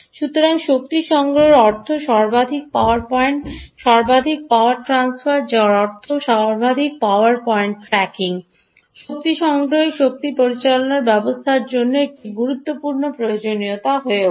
সুতরাং শক্তি সংগ্রহের অর্থ সর্বাধিক পাওয়ার পয়েন্ট সর্বাধিক পাওয়ার ট্রান্সফার যার অর্থ সর্বাধিক পাওয়ার পয়েন্ট ট্র্যাকিং শক্তি সংগ্রহের শক্তি পরিচালন ব্যবস্থার জন্য একটি গুরুত্বপূর্ণ প্রয়োজনীয়তা হয়ে ওঠে